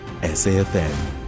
SAFM